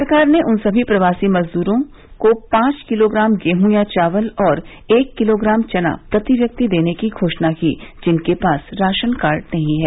सरकार ने उन प्रवासी मजदूरों को पांच किलोग्राम गेहूं या चावल और एक किलोग्राम चना प्रति व्यक्ति देने की घोषणा की जिनके पास राशन कार्ड नहीं है